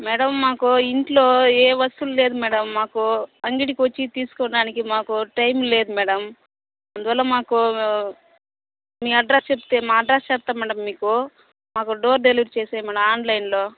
madam మాకు ఇంట్లో ఏ వస్తువు లేదు మేడం మాకు అంగడికి వచ్చి తీసుకోవడానికి మాకు టైం లేదు మేడం అందువల్ల మాకు మీ అడ్రస్ చెప్తే మా అడ్రస్ చెప్తా మేడం మీకు మాకు డోర్ డెలివరీ చేసేయండి మేడం ఆన్లైన్లో